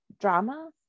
drama